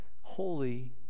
Holy